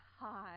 hi